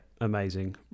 amazing